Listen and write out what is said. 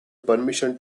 permission